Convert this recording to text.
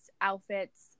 outfits